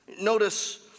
Notice